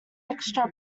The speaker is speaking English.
extra